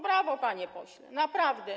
Brawo, panie pośle, naprawdę.